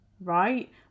right